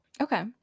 Okay